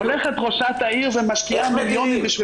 הולכת ראשת העיר ומשקיעה מיליונים כדי